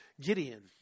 Gideon